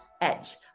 edge